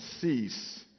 cease